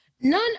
None